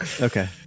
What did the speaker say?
okay